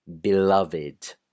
beloved